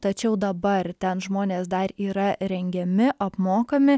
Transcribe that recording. tačiau dabar ten žmonės dar yra rengiami apmokami